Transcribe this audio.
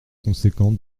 conséquent